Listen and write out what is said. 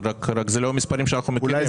המספרים שאנחנו מכירים.